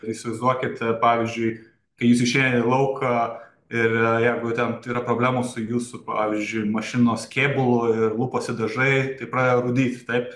įsivaizduokit pavyzdžiui kai jūs išeinat į lauką ir jeigu ten yra problemų su jūsų pavyzdžiui mašinos kėbulu ir lupasi dažai tai pradeda rūdyti taip